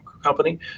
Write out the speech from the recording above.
company